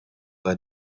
bei